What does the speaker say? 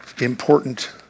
important